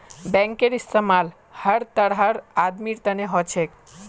बैंकेर इस्तमाल हर तरहर आदमीर तने हो छेक